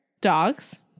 Dogs